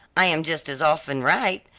i am just as often right,